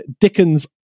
dickens